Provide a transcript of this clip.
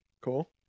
Cool